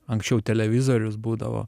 anksčiau televizorius būdavo